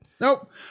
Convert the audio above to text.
Nope